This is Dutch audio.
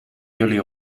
jullie